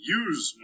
use